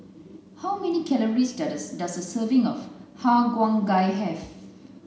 how many calories does the does a serving of har cheong gai have